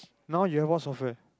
now you have what software